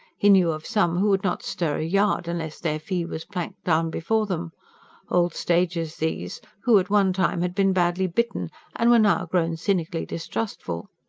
he knew of some who would not stir a yard unless their fee was planked down before them old stagers these, who at one time had been badly bitten and were now grown cynically distrustful.